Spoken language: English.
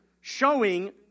showing